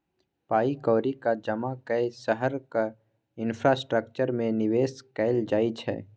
पाइ कौड़ीक जमा कए शहरक इंफ्रास्ट्रक्चर मे निबेश कयल जाइ छै